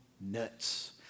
nuts